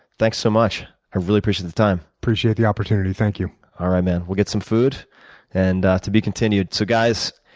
thanks so much. i really appreciate the time. appreciate the opportunity. thank you. alright, man. we'll get some food and to be continued. so guys,